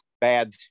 bad